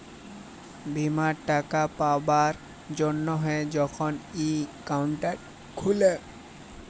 বীমার টাকা পাবার জ্যনহে যখল ইক একাউল্ট খুলে